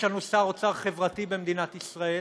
יש לנו שר אוצר חברתי במדינת ישראל,